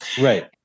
Right